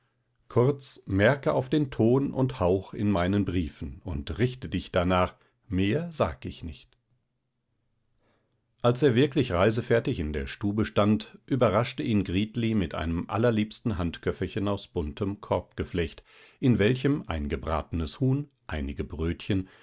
kurz merke auf den ton und hauch in meinen briefen und richte dich danach mehr sag ich nicht als er wirklich reisefertig in der stube stand überraschte ihn gritli mit einem allerliebsten handköfferchen aus buntem korbgeflecht in welchem ein gebratenes huhn einige brötchen